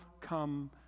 come